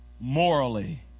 Morally